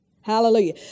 Hallelujah